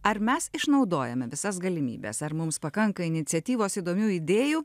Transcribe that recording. ar mes išnaudojame visas galimybes ar mums pakanka iniciatyvos įdomių idėjų